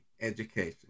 education